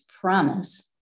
promise